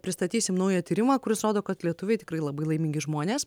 pristatysim naują tyrimą kuris rodo kad lietuviai tikrai labai laimingi žmonės